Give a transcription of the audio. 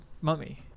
mummy